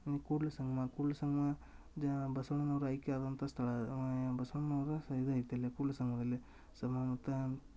ಇನ್ನು ಕೂಡ್ಲ ಸಂಗಮ ಕೂಡ್ಲ ಸಂಗಮ ಜ ಬಸವಣ್ಣನವರು ಐಕ್ಯ ಆದಂಥ ಸ್ಥಳ ಅದು ಬಸವಣ್ಣನವರ ಇದು ಐತೆ ಅಲ್ಲಿ ಕೂಡಲ ಸಂಗಮದಲ್ಲಿ ಸಮ ಮತ್ತೆ